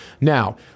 Now